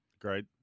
Great